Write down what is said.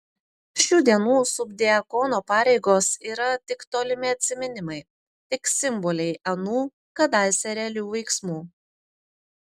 šių dienų subdiakono pareigos yra tik tolimi atsiminimai tik simboliai anų kadaise realių veiksmų